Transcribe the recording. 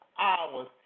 hours